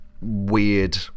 weird